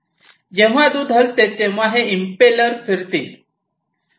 जेव्हा दूध हलते तेव्हा हे इंपेलर फिरतील